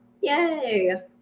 yay